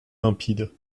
limpide